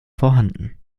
vorhanden